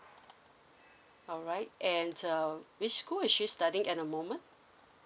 alright and uh which school is she studying at the moment